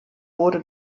wurde